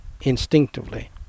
instinctively